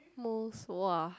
most !wah!